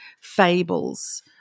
fables